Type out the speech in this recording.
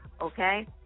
Okay